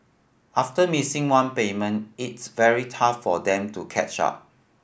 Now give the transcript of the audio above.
after missing one payment it's very tough for them to catch up